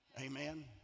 Amen